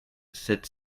sept